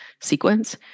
sequence